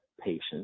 patients